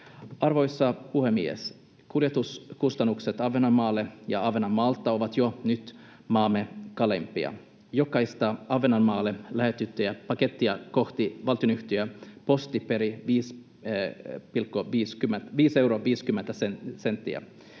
Arvoisa puhemies! Kuljetuskustannukset Ahvenanmaalle ja Ahvenanmaalta ovat jo nyt maamme kalleimpia. Jokaista Ahvenanmaalle lähetettyä pakettia kohti valtionyhtiö Posti perii 5 euroa